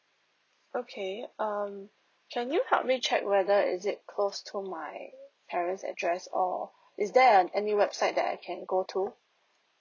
okay um can you help me check whether is it close to my parents address or is there err any website that I can go to